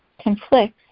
conflicts